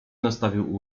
nastawił